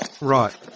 Right